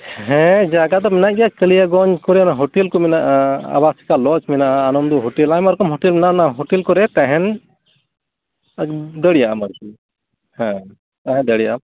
ᱦᱮᱸ ᱡᱟᱭᱜᱟ ᱫᱚ ᱢᱮᱱᱟᱜ ᱜᱮᱭᱟ ᱠᱟᱞᱤᱭᱟᱜᱚᱧᱡᱽ ᱠᱚᱨᱮᱫ ᱦᱳᱴᱮᱞ ᱠᱚ ᱢᱮᱱᱟᱜᱼᱟ ᱟᱵᱟᱥᱤᱠᱟ ᱞᱚᱡᱽ ᱢᱮᱱᱟᱜᱼᱟ ᱟᱱᱚᱱᱫᱚ ᱦᱳᱴᱮᱞ ᱟᱭᱢᱟ ᱨᱚᱠᱚᱢ ᱦᱳᱴᱮᱞ ᱢᱮᱱᱟᱜᱼᱟ ᱚᱱᱟ ᱦᱳᱴᱮᱞ ᱠᱚᱨᱮᱫ ᱛᱟᱦᱮᱱ ᱫᱟᱲᱮᱭᱟᱜ ᱟᱢ ᱟᱨᱠᱤ ᱦᱮᱸ ᱛᱟᱦᱮᱸ ᱫᱟᱲᱮᱭᱟᱜ ᱟᱢ